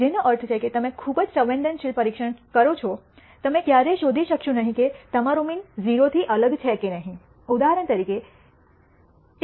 જેનો અર્થ છે કે તમે ખૂબ જ સંવેદનશીલ પરીક્ષણ છો તમે ક્યારેય શોધી શકશો નહીં કે તમારો મીન 0 થી અલગ છે કે નહીં ઉદાહરણ તરીકે